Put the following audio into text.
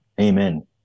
Amen